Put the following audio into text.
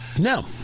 No